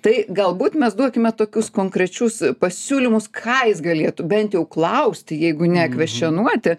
tai galbūt mes duokime tokius konkrečius pasiūlymus ką jis galėtų bent jau klausti jeigu ne kvestionuoti